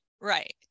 Right